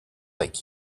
like